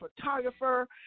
photographer